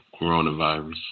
coronavirus